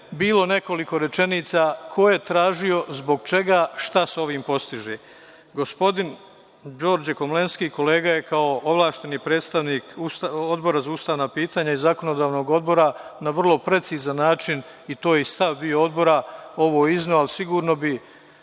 bilo nekoliko rečenica ko je tražio, zbog čega, šta se ovim postiže? Gospodin Đorđe Komlenski je kao ovlašćeni predstavnik Odbora za ustavna pitanja i zakonodavstvo na vrlo precizan način, to je bio i stav Odbora, ovo izneo. Sigurno bi